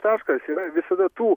taškas yra visada tų